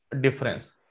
difference